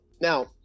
Now